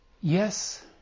Yes